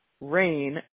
Rain